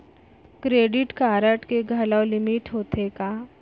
Credit card के घलव limit होथे का?